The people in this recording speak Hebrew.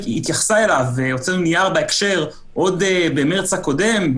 התייחסה אליו והוצאנו נייר בהקשר עוד במרץ הקודם,